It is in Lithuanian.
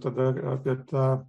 tada apie tą